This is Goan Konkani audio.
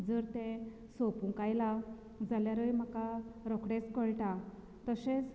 जर तें सोपूंक आयलां जाल्यारय म्हाका रोखडेंच कळटा तशेंच